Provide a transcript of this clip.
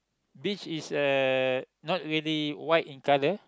beach is uh not really white in colour